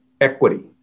equity